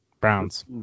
browns